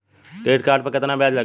Credit card पर कितना ब्याज लगेला?